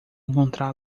encontrá